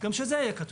גם שזה יהיה כתוב.